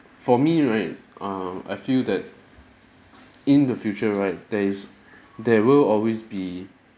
for me right um I feel that in the future right there is there will always be